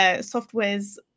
Software's